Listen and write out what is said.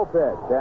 pitch